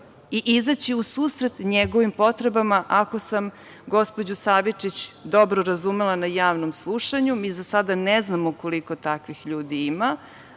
i izaći u susret njegovim potrebama, ako sam gospođo Savičić dobro razumela na javnom slušanju. Mi za sada ne znamo koliko takvih ljudi ima,